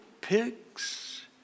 pigs